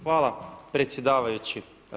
Hvala predsjedavajući.